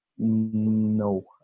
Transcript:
No